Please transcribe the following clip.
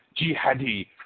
jihadi